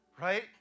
right